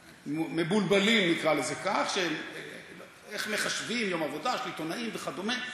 מאוד: איך מחשבים יום עבודה של עיתונאים וכדומה.